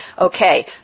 okay